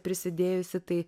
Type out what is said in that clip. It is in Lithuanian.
prisidėjusi tai